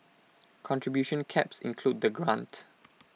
contribution caps include the grant